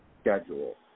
schedule